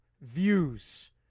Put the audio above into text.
views